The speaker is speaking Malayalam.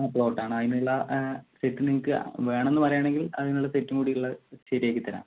ആ പ്ലോട്ടാണ് അതിനുള്ള സെറ്റ് നിങ്ങൾക്ക് വേണം എന്ന് പറയുവാണെങ്കിൽ അതിനുള്ള സെറ്റും കൂടിയുള്ളത് ശരിയാക്കി തരാം